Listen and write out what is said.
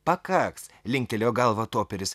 pakaks linktelėjo galvą toperis